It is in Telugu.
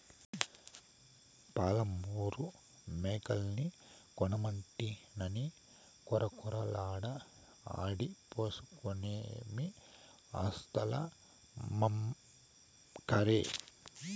పాలమూరు మేకల్ని కొనమంటినని కొరకొరలాడ ఆటి పోసనకేమీ ఆస్థులమ్మక్కర్లే